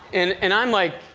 and and i'm like,